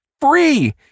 Free